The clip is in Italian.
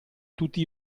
tutti